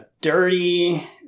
dirty